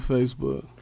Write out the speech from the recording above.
Facebook